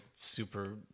super